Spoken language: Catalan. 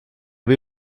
viu